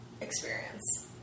experience